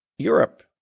Europe